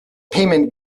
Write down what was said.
payment